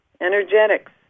energetics